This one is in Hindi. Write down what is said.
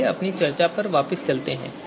आइए अपनी चर्चा पर वापस चलते हैं